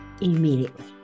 immediately